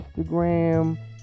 Instagram